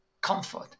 comfort